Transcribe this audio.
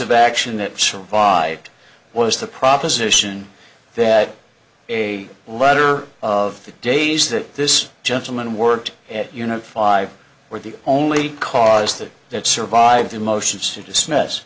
of action that survived was the proposition that a letter of the days that this gentleman worked at unit five were the only cause that that survived the motions to dismiss